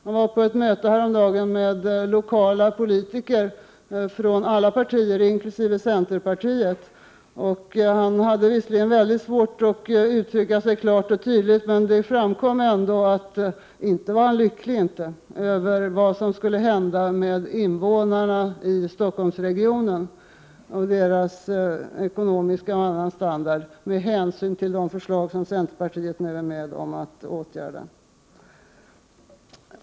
Jag var på ett möte häromdagen med lokala politiker från alla partier, inkl. centerpartiet. Centerpartiets företrädare hade visserligen mycket svårt att uttrycka sig klart och tydligt, men det framkom ändå att lycklig var han inte över det som skulle hända med invånarna i Stockholmsregionen, deras ekonomiska standard och deras övriga standard, på grund av de förslag som centerpartiet nu är med om att utforma.